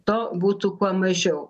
to būtų kuo mažiau